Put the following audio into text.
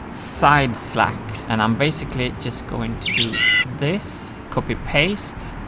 side slack and i'm basically just going to do this, copy-paste,